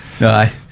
No